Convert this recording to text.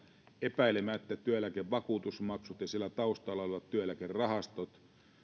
epäilemättä työeläkevakuutusmaksut ja siellä taustalla olevat työeläkerahastot